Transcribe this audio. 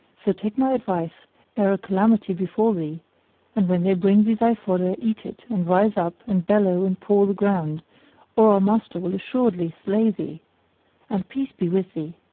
so take my advice ere a calamity befal thee and when they bring thee thy fodder eat it and rise up and bellow and paw the ground or our master will assuredly slay thee and peace be with thee!